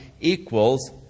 equals